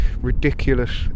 ridiculous